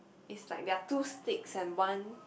is like there are two sticks and one